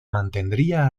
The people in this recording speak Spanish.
mantendría